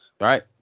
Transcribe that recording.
right